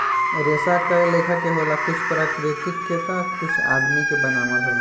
रेसा कए लेखा के होला कुछ प्राकृतिक के ता कुछ आदमी के बनावल होला